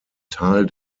tal